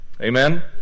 Amen